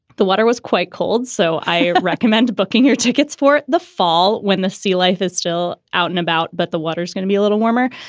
the water was quite cold, so i recommend booking your tickets for the fall when the sea life is still out and about, but the water's going to be a little warmer.